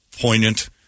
poignant